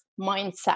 mindset